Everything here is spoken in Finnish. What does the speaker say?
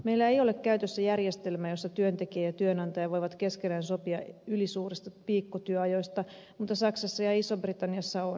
meillä ei ole käytössä järjestelmää jossa työntekijä ja työnantaja voivat keskenään sopia ylisuurista viikkotyöajoista mutta saksassa ja isossa britanniassa on